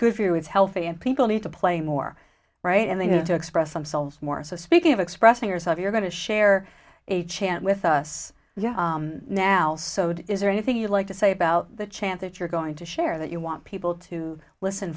good for you it's healthy and people need to play more right and they get to express themselves more so speaking of expressing yourself you're going to share a chant with us now so do is there anything you'd like to say about that chant that you're going to share that you want people to listen